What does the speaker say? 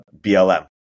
BLM